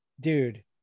dude